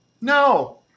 No